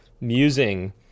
musing